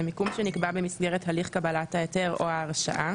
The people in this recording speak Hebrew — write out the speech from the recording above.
למיקום שנקבע במסגרת הליך קבלת ההיתר או ההרשאה